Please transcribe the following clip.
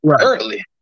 early